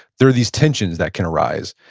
there are these tensions that can arise.